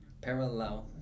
parallel